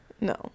No